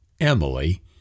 Emily